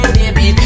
baby